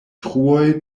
truoj